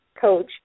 Coach